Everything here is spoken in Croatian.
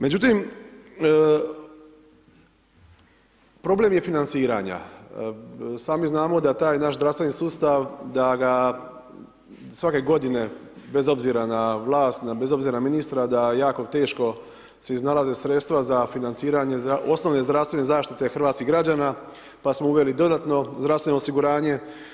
Međutim problem je financiranja, i sami znamo da taj naš zdravstveni sustav da ga svake godine bez obzira na vlast, bez obzira na ministra, da je jako teško se iznalaze sredstva za financiranje osnovne zdravstvene zaštite hrvatskih građana pa smo uveli dodatno zdravstveno osiguranje.